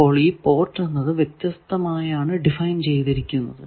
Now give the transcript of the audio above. അപ്പോൾ ഈ പോർട്ട് വ്യത്യസ്തമായാണ് ഡിഫൈൻ ചെയ്തിരിക്കുന്നത്